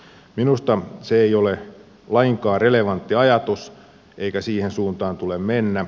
minusta se ei ole lainkaan relevantti ajatus eikä siihen suuntaan tule mennä